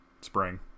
spring